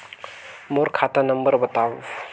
मोर खाता नम्बर बताव?